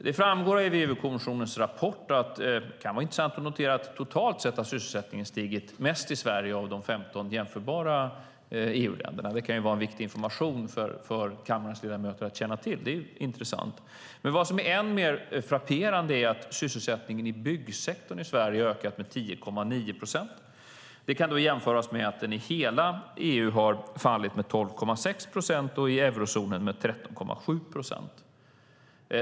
Det framgår av EU-kommissionens rapport - och detta kan vara intressant att notera - att totalt har sysselsättningen stigit mest i Sverige av de 15 jämförbara EU-länderna. Det kan vara viktig information för kammarens ledamöter att känna till. Det är intressant. Men ännu mer frapperande är att sysselsättningen i byggsektorn i Sverige har ökat med 10,9 procent. Det kan jämföras med att den i hela EU har fallit med 12,6 procent och i eurozonen med 13,7 procent.